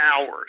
hours